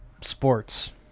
sports